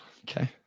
Okay